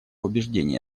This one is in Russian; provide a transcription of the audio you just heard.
убеждений